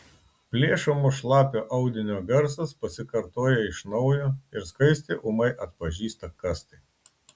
plėšomo šlapio audinio garsas pasikartoja iš naujo ir skaistė ūmai atpažįsta kas tai